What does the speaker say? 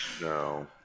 No